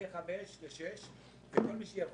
מארבע לחמש, שזה משמעותי.